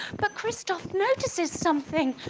but christophe notices something,